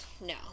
no